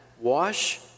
wash